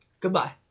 Goodbye